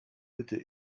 bitte